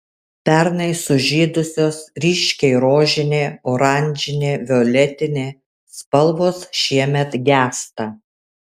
pernai sužydusios ryškiai rožinė oranžinė violetinė spalvos šiemet gęsta